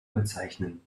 bezeichnen